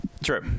True